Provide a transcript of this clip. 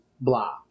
blah